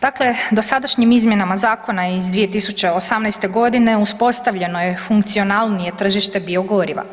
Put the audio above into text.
Dakle, dosadašnjim izmjenama zakona iz 2018. g. uspostavljeno je funkcionalnije tržište biogoriva,